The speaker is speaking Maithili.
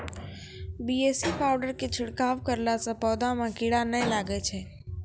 बी.ए.सी पाउडर के छिड़काव करला से पौधा मे कीड़ा नैय लागै छै?